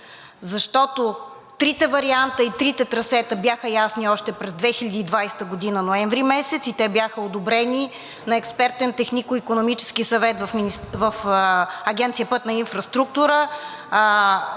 Защото трите варианта и трите трасета бяха ясни още през 2020 г., ноември месец и те бяха одобрени на експертен технико-икономически съвет в Агенция „Пътна инфраструктура“.